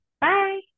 bye